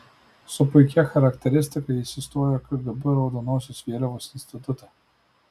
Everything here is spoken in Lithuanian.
su puikia charakteristika jis įstojo į kgb raudonosios vėliavos institutą